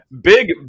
Big